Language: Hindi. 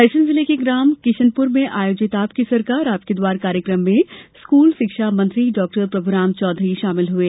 रायसेन जिले के ग्राम किशनपुर में आयोजित आपकी सरकार आपके द्वारा कार्यक्रम में स्कूल शिक्षा मंत्री डॉ प्रभुराम चौधरी शामिल हुए